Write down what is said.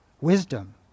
wisdom